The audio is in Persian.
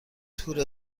تور